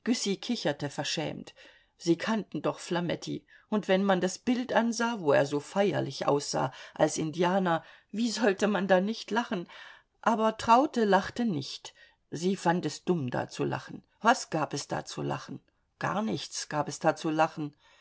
kicherte verschämt sie kannten doch flametti und wenn man das bild ansah wo er so feierlich aussah als indianer wie sollte man da nicht lachen aber traute lachte nicht sie fand es dumm da zu lachen was gab es da zu lachen gar nichts gab es zu lachen